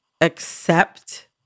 accept